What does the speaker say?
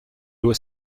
doit